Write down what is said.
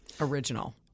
original